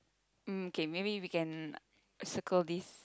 mm K maybe we can circle this